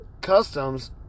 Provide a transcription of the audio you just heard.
customs